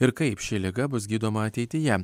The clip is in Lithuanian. ir kaip ši liga bus gydoma ateityje